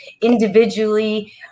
individually